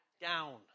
down